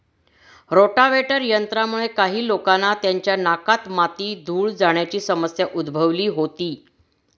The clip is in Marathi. रोटाव्हेटर यंत्रामुळे काही लोकांना त्यांच्या नाकात माती, धूळ जाण्याची समस्या उद्भवली होती